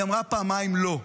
היא אמרה פעמיים: לא.